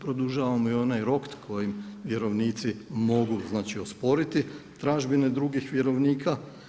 Produžavamo i onaj rok kojim vjerovnici mogu, znači osporiti tražbine drugih vjerovnika.